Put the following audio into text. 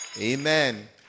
Amen